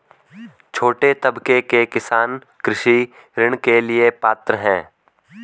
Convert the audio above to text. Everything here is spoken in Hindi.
छोटे तबके के किसान कृषि ऋण के लिए पात्र हैं?